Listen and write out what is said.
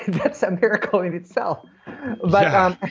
that's a miracle in itself but